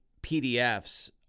PDFs